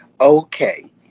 Okay